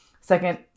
second